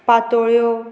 पातोळ्यो